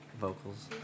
Vocals